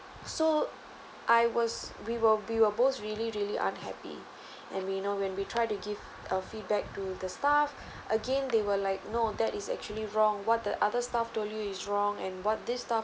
so I was we were we were both really really unhappy and we know when we try to give a feedback to the staff again they were like no that is actually wrong what the other staff to you is wrong and what this stuff